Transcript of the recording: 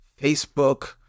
Facebook